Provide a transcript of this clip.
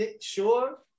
sure